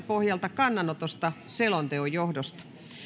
pohjalta kannanotosta selonteon johdosta